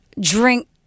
drink